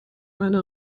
meine